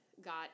got